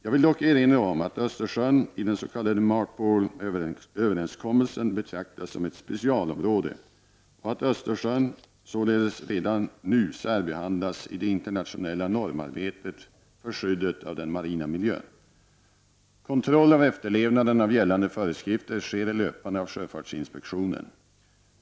Jag vill dock erinra om att Östersjön i den s.k. MARPOL-överenskommelsen betraktas som ett specialområde och att Östersjön således redan nu särbehandlas i det internationella normarbetet för skyddet av den marina miljön. Kontroll av efterlevnaden av gällande föreskrifter sker löpande av sjöfartsinspektionen.